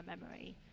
memory